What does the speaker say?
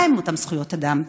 מהן אותן זכויות אדם?